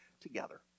together